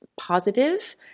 positive